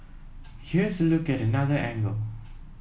here's a look at another angle